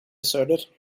asserted